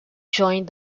joined